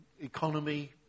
economy